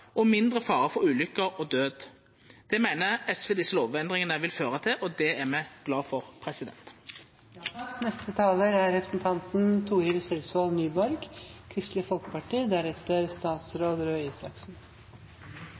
og mindre fare for ulukker og død. Det meiner SV desse lovendringane vil føra til, og det er me glade for. Yrkesdykking langs kysten er